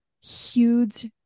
huge